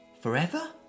Forever